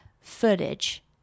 footage